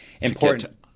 important, –